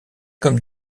comme